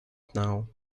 know